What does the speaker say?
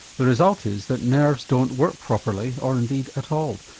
the result is that nerves don't work properly or indeed at all.